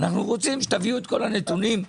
אנו רוצים שתביאו את כל הנתונים.